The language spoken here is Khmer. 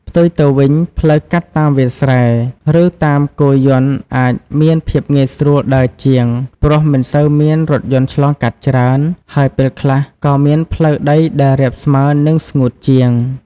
ផ្ទុយទៅវិញ ផ្លូវកាត់តាមវាលស្រែ ឬតាមគោយន្តអាចមានភាពងាយស្រួលដើរជាង ព្រោះមិនសូវមានរថយន្តឆ្លងកាត់ច្រើន ហើយពេលខ្លះក៏មានផ្លូវដីដែលរាបស្មើ និងស្ងួតជាង។